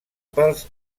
pels